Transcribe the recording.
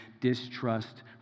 distrust